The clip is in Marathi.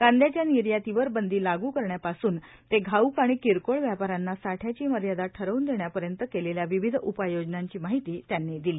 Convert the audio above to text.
कांद्याच्या निर्यातीवर बंदी ला करण्यापासून ते घाऊक आणि किरकोळ व्यापाऱ्यांना साठ्याची मर्यादा ठरवून देण्यापर्यंत केलेल्या विविध उपाययोजनांची माहिती त्यांनी दिली